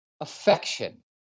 affection